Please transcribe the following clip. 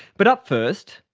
but up first,